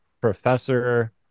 professor